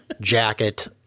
jacket